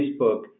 Facebook